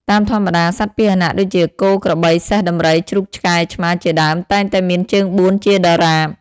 តាមធម្មតា សត្វពាហនៈដូចជាគោ ក្របី សេះ ដំរី ជ្រូក ឆ្កែ ឆ្មា ជាដើម តែងតែមានជើងបួនជាដរាប។